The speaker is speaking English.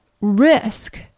risk